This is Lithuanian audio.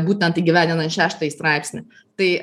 būtent įgyvendinant šeštąjį straipsnį tai